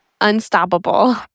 Unstoppable